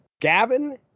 Gavin